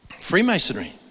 Freemasonry